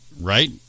Right